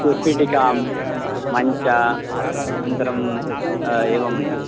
उत्पीठिका मञ्च अनन्तरम् एवम्